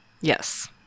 Yes